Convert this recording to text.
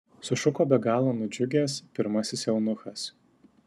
sušuko be galo nudžiugęs pirmasis eunuchas